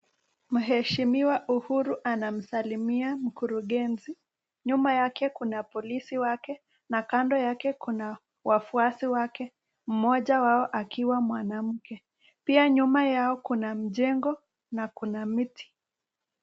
Mheshimiwa Uhuru anamsalimia mkurugenzi. Nyuma yake kuna polisi wake na kando yake kuna wafuasi wake mmoja wao akiwa mwanamke pia nyuma yao kuna mjengo na kuna miti.